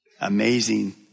amazing